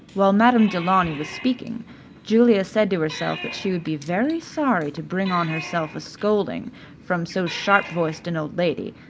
while madame du launy was speaking julia said to herself that she would be very sorry to bring on herself a scolding from so sharp-voiced an old lady,